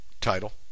title